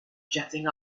jetting